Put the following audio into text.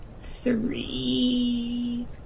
Three